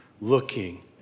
looking